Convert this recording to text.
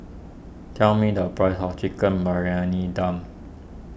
tell me the price of Chicken Briyani Dum